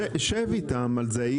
שב איתם על זה,